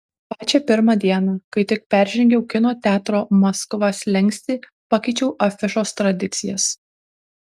pačią pirmą dieną kai tik peržengiau kino teatro maskva slenkstį pakeičiau afišos tradicijas